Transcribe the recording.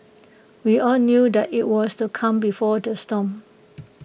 we all knew that IT was the calm before the storm